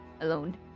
alone